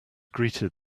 greeted